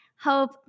Hope